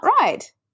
right